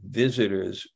visitors